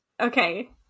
okay